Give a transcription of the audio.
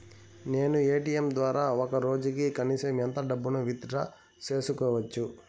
నేను ఎ.టి.ఎం ద్వారా ఒక రోజుకి కనీసం ఎంత డబ్బును విత్ డ్రా సేసుకోవచ్చు?